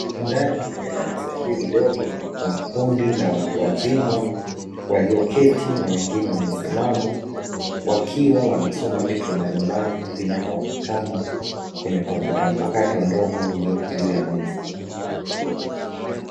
Ndani ya darasa hili dogo, kuna kundi la watu wazima walioketi na wengine wamesimama, wakiwa wanasoma vitu mbalimbali vinavyoonekana kwenye kompyuta mpakato ndogo iliyopo juu ya meza.